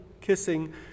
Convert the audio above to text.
kissing